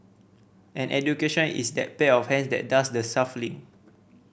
and education is that pair of hands that does the shuffling